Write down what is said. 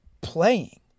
playing